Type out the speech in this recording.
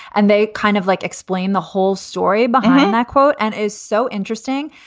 and they kind of like explain the whole story behind that quote and is so interesting.